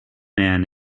man